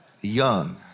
young